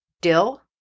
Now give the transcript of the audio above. dill